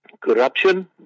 corruption